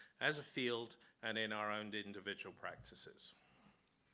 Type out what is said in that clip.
as a field and in our own individual practices.